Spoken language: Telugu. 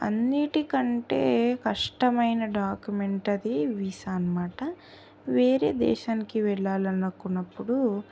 అన్నిటికంటే కష్టమైన డాక్యుమెంటది వీసా అన్నమాట వేరే దేశానికి వెళ్లాలనుకున్నప్పుడు